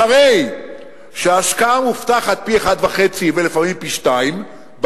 אחרי שההשקעה המובטחת היא פי-1.5 ולפעמים פי-שניים,